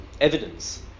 evidence